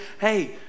hey